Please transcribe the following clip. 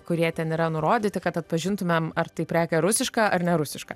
kurie ten yra nurodyti kad atpažintumėm ar tai prekė rusiška ar nerusiška